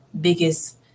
biggest